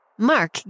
mark